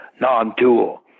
non-dual